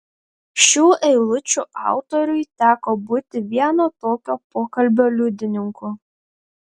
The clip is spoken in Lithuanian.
šių eilučių autoriui teko būti vieno tokio pokalbio liudininku